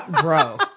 Bro